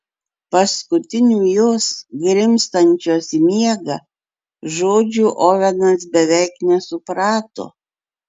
paskutinių jos grimztančios į miegą žodžių ovenas beveik nesuprato